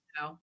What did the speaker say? No